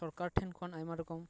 ᱥᱚᱨᱠᱟᱨ ᱴᱷᱮᱱ ᱠᱷᱚᱱ ᱟᱭᱢᱟ ᱨᱚᱠᱚᱢ